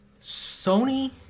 Sony